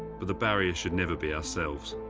but the barrier should never be ourselves.